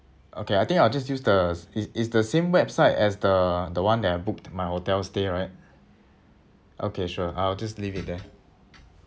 okay I think I'll just use the is is the same website as the the [one] that I booked my hotel stay right okay sure I'll just leave it there